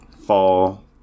fall